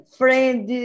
friend